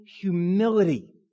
humility